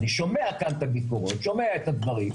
אני שומע כאן את הדיבורים, שומע את הדברים,